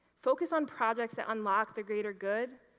focus on projects that unlock the greater good,